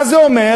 מה זה אומר?